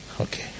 okay